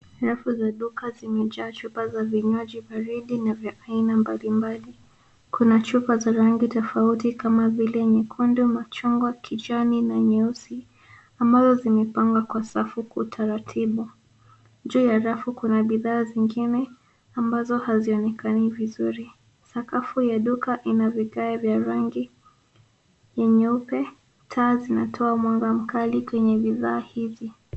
Rafu za duka zimejaa chupa za vinywaji baridi na vya aina mbalimbali. Kuna chupa za rangi tofauti ka vile nyekundu , machungwa , kijani na nyeusi ambazo zimepangwa kwa safu kuu taratibu. Juu ya rafu kuna bidhaa zingine ambazo hazionekani vizuri. Sakafu ya duka ina vigae vya rangi ya nyeupe , taa zinatoa mwanga mkali kwenye bidhaa hizi.